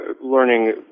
learning